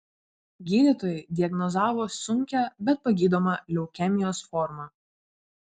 gydytojai diagnozavo sunkią bet pagydomą leukemijos formą